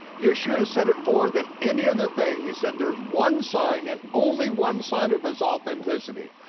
yeshua said it more than any other thing. he said there's one sign and only one sign of his authenticity,